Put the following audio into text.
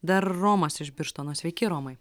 dar romas iš birštono sveiki romai